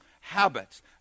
habits